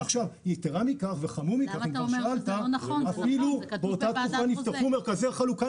שהמתחרה של הדואר ייתן לדואר לחלק בתוך מרכזי החלוקה